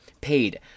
paid